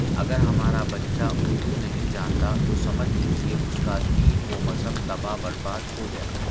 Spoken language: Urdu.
اگر ہمارا بچہ اردو نہیں جانتا تو سمجھ لیجیے اس کا دین و مذہب تباہ برباد ہو گیا